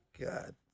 God